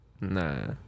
Nah